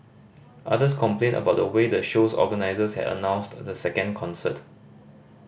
others complained about the way the show's organisers had announced the second concert